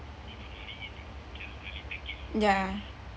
ya